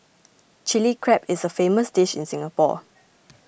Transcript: Chilli Crab is a famous dish in Singapore